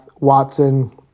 Watson